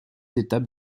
étapes